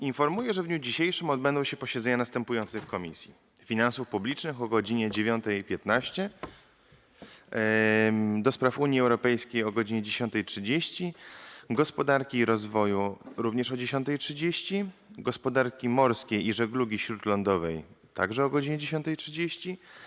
Informuję, że w dniu dzisiejszym odbędą się posiedzenia następujących Komisji: - Finansów Publicznych - o godz. 9.15, - do Spraw Unii Europejskiej - o godz. 10.30, - Gospodarki i Rozwoju - o godz. 10.30, - Gospodarki Morskiej i Żeglugi Śródlądowej - o godz. 10.30,